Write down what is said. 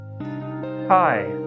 Hi